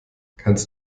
kannst